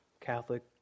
Catholic